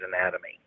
anatomy